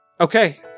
okay